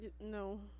no